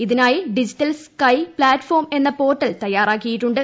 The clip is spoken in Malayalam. ഇതിനായി ഡിജിറ്റൽ സ്കൈ പ്ലാറ്റ് ഫോം എന്ന പോർട്ടൽ തയ്യാറാക്കിയിട്ടുണ്ട്